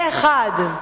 פה-אחד,